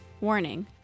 Warning